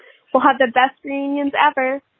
we'll have the best iranians ever.